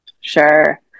Sure